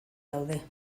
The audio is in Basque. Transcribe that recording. daude